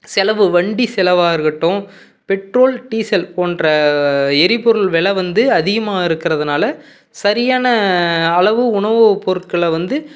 செலவு வண்டி செலவாக இருக்கட்டும் பெட்ரோல் டீசல் போன்ற எரிப்பொருள் விலை வந்து அதிகமாக இருக்கிறதுனால சரியான அளவு உணவுப் பொருட்களை வந்து